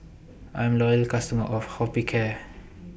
I'm A Loyal customer of Hospicare